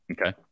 okay